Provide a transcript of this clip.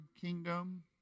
kingdom